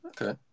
Okay